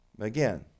Again